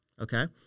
Okay